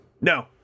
No